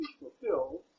fulfilled